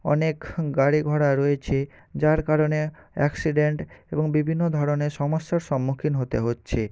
অনেক গাড়ি ঘোড়া রয়েছে যার কারণে অ্যাকসিডেন্ট এবং বিভিন্ন ধরনের সমস্যার সম্মুখীন হতে হচ্ছে